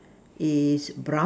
is brown